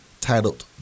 titled